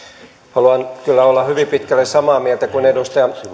haluan kyllä olla hyvin pitkälle samaa mieltä kuin edustaja